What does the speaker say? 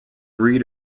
agree